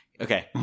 okay